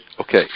Okay